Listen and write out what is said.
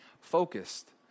focused